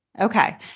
Okay